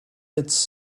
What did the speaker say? its